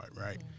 right